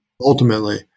ultimately